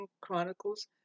Chronicles